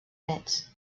néts